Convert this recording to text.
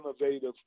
innovative